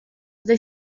they